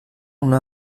una